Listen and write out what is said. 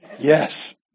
Yes